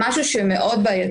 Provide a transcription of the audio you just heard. זה משהו שהוא מאוד בעייתי.